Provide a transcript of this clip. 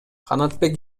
канатбек